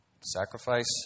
Sacrifice